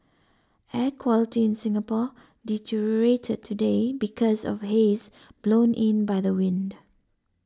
air quality in Singapore deteriorated today because of haze blown in by the wind